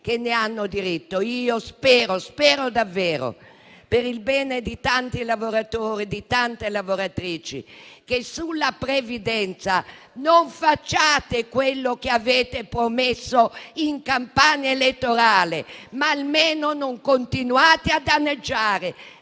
come aventi diritto. Spero davvero, per il bene di tanti lavoratori e di tante lavoratrici, che sulla previdenza non facciate quello che avete promesso in campagna elettorale; almeno però non continuate a danneggiare